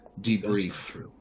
debrief